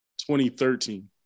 2013